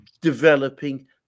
developing